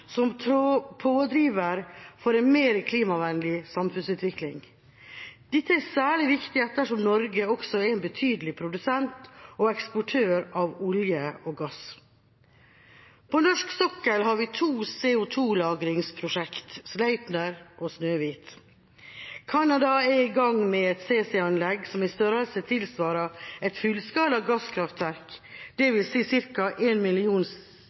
som pådriver for en mer klimavennlig samfunnsutvikling. Dette er særlig viktig ettersom Norge også er en betydelig produsent og eksportør av olje og gass. På norsk sokkel har vi to CO2-lagringsprosjekter, Sleipner og Snøhvit. Canada er i gang med et CCS-anlegg som i størrelse tilsvarer et fullskala gasskraftverk, dvs. ca. 1 million